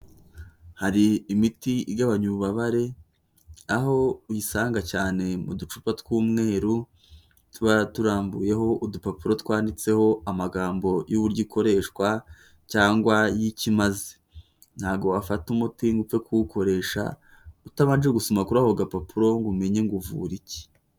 Hari imiti igabanya ububabare, aho uyisanga cyane mu ducupa tw'umweru tuba turambuyeho udupapuro twanditseho amagambo y'uburyo ikoreshwa cyangwa y'icyo kimaze. Ntawo wafata umuti ngo upfe kuwukoresha utabanje gusoma kuri ako gapapuro, ngo umenye ngo uvura iki.